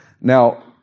Now